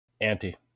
Auntie